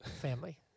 Family